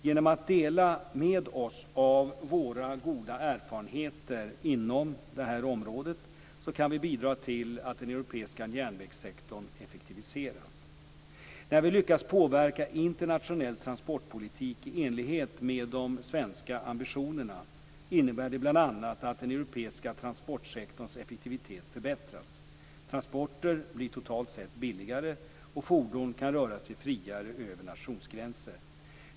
Genom att dela med oss av våra goda erfarenheter inom det här området kan vi bidra till att den europeiska järnvägssektorn effektiviseras. När vi lyckas påverka internationell transportpolitik i enlighet med de svenska ambitionerna innebär det bl.a. att den europeiska transportsektorns effektivitet förbättras. Transporter blir totalt sett billigare, och fordon kan röra sig friare över nationsgränser.